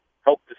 help